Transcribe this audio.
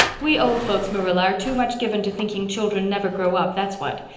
we old folks, marilla, are too much given to thinking children never grow up, that's what.